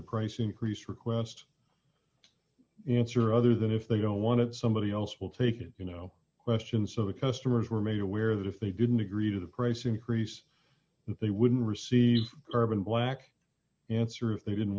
the price increase request answer other than if they don't want to somebody else will take it you know question so the customers were made aware that if they didn't agree to the price increase they would receive urban black answer if they didn't